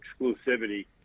exclusivity